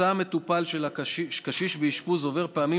מסע המטופל של קשיש באשפוז עובר פעמים